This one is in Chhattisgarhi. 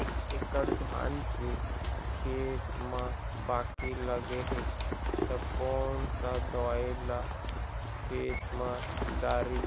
एक एकड़ धान के खेत मा बाकी लगे हे ता कोन सा दवई ला खेत मा डारी